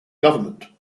government